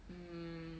mm